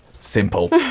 simple